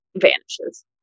vanishes